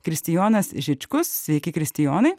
kristijonas žičkus sveiki kristijonai